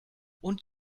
und